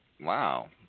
Wow